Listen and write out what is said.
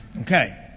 Okay